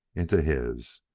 into his.